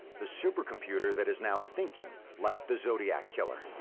the supercomputer that is now thinking like the zodiac killer.